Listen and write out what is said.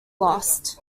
lost